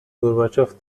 گورباچوف